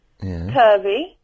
Curvy